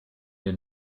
der